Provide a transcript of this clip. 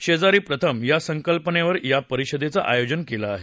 शेजारी प्रथम या संकल्पेनवर या परिषदेचं आयोजन केलं आहे